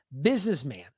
businessman